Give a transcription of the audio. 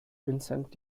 vincent